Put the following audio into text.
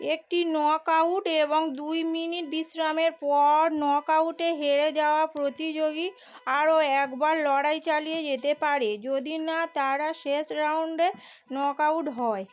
একটি knock out এবং দুই মিনিট বিশ্রামের পর নক আউটে হেরে যাওয়া প্রতিযোগী আরও একবার লড়াই চালিয়ে যেতে পারে যদি না তারা শেষ রাউন্ডে নক আউট হয়